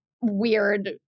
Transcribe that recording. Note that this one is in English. weird